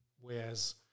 whereas